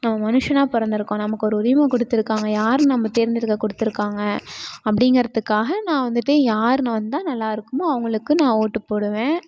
நம்ம மனுஷனாக பிறந்துருக்கோம் நமக்கு ஒரு உரிமை கொடுத்துருக்காங்க யார் நம்ம தேர்ந்தெடுக்க கொடுத்துருக்காங்க அப்படிங்கறத்துக்காக நான் வந்துட்டு யார் வந்தால் நல்லாயிருக்குமோ அவங்களுக்கு நான் ஓட்டு போடுவேன்